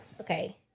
okay